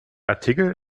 artikel